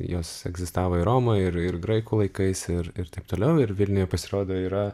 jos egzistavo ir romoj ir ir graikų laikais ir ir taip toliau ir vilniuje pasirodo yra